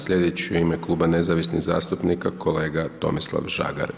Sljedeći u ime Kluba nezavisnih zastupnika, kolega Tomislav Žagar.